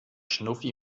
schnuffi